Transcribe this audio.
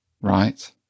right